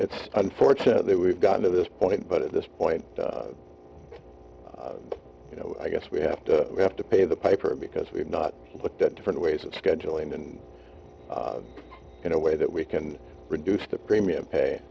it's unfortunate that we've gotten to this point but at this point you know i guess we have to we have to pay the piper because we're not that different ways of scheduling and in a way that we can reduce the premium pay